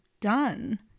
done